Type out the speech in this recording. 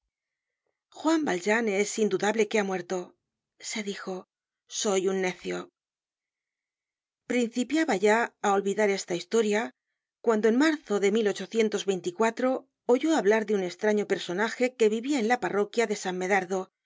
juan valjean es indudable que ha muerto se dijo soy un necio principiaba ya á olvidar esta historia cuando en marzo de oyó hablar de unestraño personaje que vivia en la parroquia de san medardo